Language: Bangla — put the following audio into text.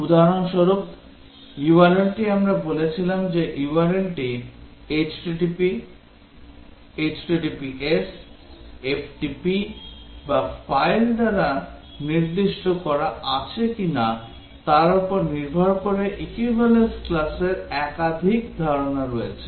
উদাহরণস্বরূপ URLটি আমরা বলেছিলাম যে URL টি HTTP https ftp বা file দ্বারা নির্দিষ্ট করা আছে কিনা তার উপর নির্ভর করে equivalence classর একাধিক ধারণা রয়েছে